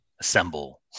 assemble